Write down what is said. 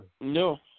No